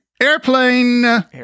Airplane